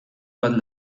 bat